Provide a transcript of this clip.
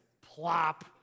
plop